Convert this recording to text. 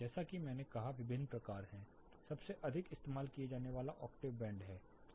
जैसा कि मैंने कहा विभिन्न प्रकार है सबसे अधिक इस्तेमाल किया जाने वाला ऑक्टेव बैंड है